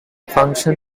function